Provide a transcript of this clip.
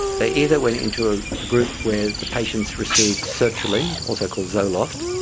they either went into a group where the patients received sertraline, also called zoloft,